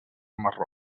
marró